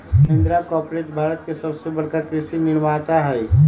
Mahindra corporate Bharat के सबसे बड़का कृषि निर्माता हई